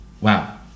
Wow